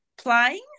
playing